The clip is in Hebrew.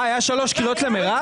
מה, היה שלוש קריאות למירב?